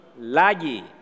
lagi